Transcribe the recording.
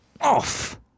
off